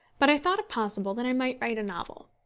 but i thought it possible that i might write a novel.